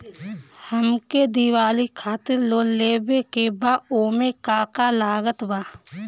हमके दिवाली खातिर लोन लेवे के बा ओमे का का लागत बा?